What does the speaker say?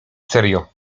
serio